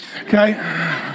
okay